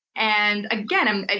and again, and and